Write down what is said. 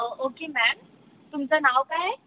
okay ma'am तुमचं नाव काय आहे